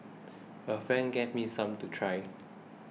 a friend gave me some to try